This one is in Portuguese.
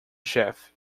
chefe